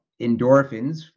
endorphins